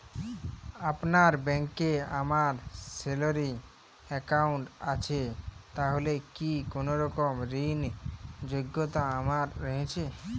আপনার ব্যাংকে আমার স্যালারি অ্যাকাউন্ট আছে তাহলে কি কোনরকম ঋণ র যোগ্যতা আমার রয়েছে?